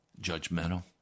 Judgmental